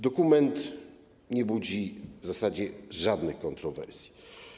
Dokument nie budzi w zasadzie żadnych kontrowersji.